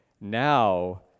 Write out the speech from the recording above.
now